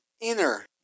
inner